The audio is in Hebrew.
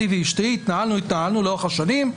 אני ואשתי התנהלנו לאורך שנים,